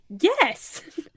yes